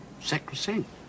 sacrosanct